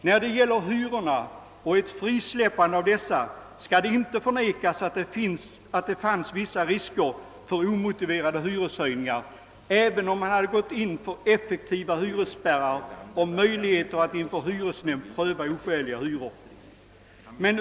När det gäller frisläppandet av hyrorna skall det inte förnekas att det hade funnits vissa risker för omotiverade hyreshöjningar, även om man hade gått in för effektiva hyresspärrar och möjligheter att inom hyresnämnderna pröva oskäliga hyror.